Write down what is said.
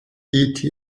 eta